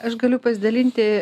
aš galiu pasidalinti